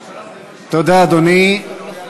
תודה, אדוני.